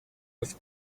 have